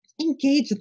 engage